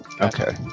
Okay